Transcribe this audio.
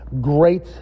great